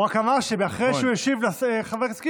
הוא רק אמר שאחרי שהוא השיב לחבר הכנסת קיש,